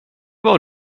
vad